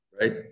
right